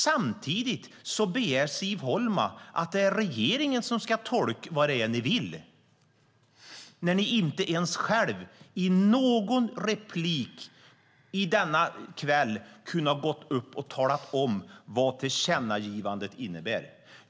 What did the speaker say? Samtidigt begär Siv Holma att det är regeringen som ska tolka vad det är ni vill, men ni har inte ens själva i någon replik denna kväll kunnat tala om vad tillkännagivandet innebär.